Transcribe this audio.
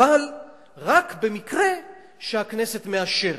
אבל רק במקרה שהכנסת מאשרת.